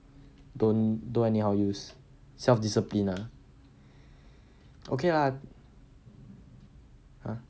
don't do anyhow use self discipline ah okay lah uh